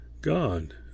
God